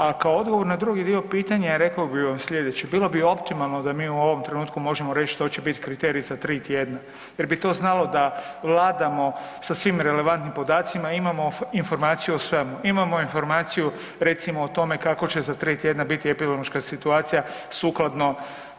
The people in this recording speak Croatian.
A kao odgovor na drugi dio pitanja, rekao bi vam slijedeće, bilo bi optimalno da mi u ovom trenutku možemo reći što će bit kriterij za 3 tjedna jer bi značilo da vladamo sa svim relevantnim podacima, imamo informaciju o svemu, imamo informaciju recimo o tome kako će za 3 tjedna biti epidemiološka situacija sukladno